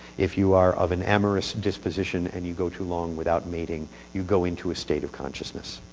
if you are of an amorous disposition, and you go too long without mating, you go into a state of consciousness.